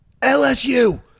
LSU